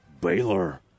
Baylor